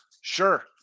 Sure